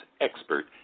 expert